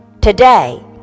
today